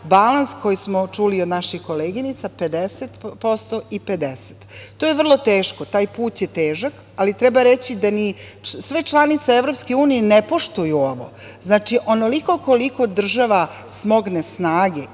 balans koji smo čuli od naših koleginica – 50% i 50%. To je vrlo teško. Taj put je težak, ali treba reći i da sve članice EU ne poštuju ovo. Znači, onoliko koliko država smogne snage